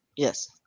Yes